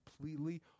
completely